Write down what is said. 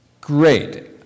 Great